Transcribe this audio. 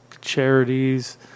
charities